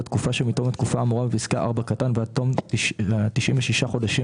בתקופה שמתום התקופה האמורה בפסקה (4) ועד תום 96 חודשים